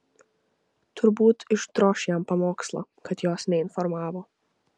turbūt išdroš jam pamokslą kad jos neinformavo